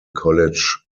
college